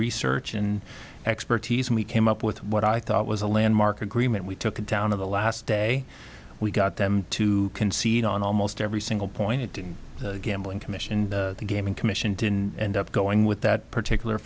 research and expertise and we came up with what i thought was a landmark agreement we took in town of the last day we got them to concede on almost every single point in gambling commission the gaming commission tin and up going with that particular